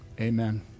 amen